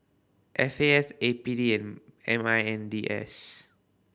F A S A P D and M I N D S